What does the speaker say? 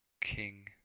King